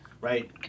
right